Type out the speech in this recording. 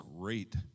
great